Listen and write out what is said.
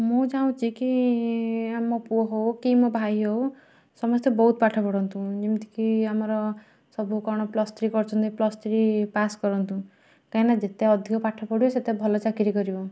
ମୁଁ ଚାହୁଁଛି କି ଆମ ପୁଅ ହଉ କି ମୋ ଭାଇ ହଉ ସମସ୍ତେ ବହୁତ ପାଠ ପଢ଼ନ୍ତୁ ଯେମିତିକି ଆମର ସବୁ କ'ଣ ପ୍ଲସ୍ ଥ୍ରୀ କରିଛନ୍ତି ପ୍ଲସ୍ ଥ୍ରୀ ପାସ୍ କରନ୍ତୁ କାହିଁକି ନା ଯେତେ ଅଧିକ ପାଠ ପଢ଼ିବା ସେତେ ଭଲ ଚାକିରି କରିବ